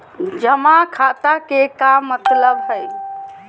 जमा खाता के का मतलब हई?